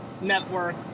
network